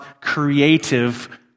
creative